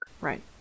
Right